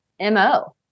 MO